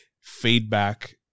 feedback